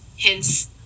hence